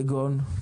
כגון?